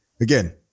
again